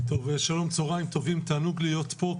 צוהרים טובים, תענוג להיות פה.